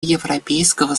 европейского